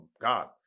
God